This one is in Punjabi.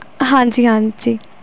ਹਾਂਜੀ ਹਾਂਜੀ